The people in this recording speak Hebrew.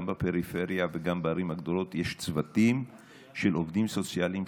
גם בפריפריה וגם בערים הגדולות יש צוותים של עובדים סוציאליים,